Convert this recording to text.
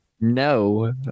no